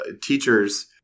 Teachers